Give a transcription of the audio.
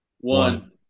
one